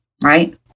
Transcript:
Right